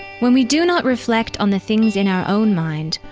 when we do not reflect on the things in our own mind,